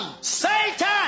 Satan